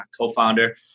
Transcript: co-founder